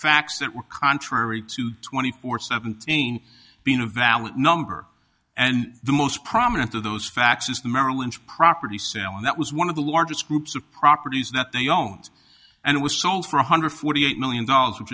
facts that were contrary to twenty four seventeen been a valid number and the most prominent of those facts is the merrill lynch property sale and that was one of the largest groups of properties that they own and it was sold for one hundred forty eight million dollars which